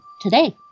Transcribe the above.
today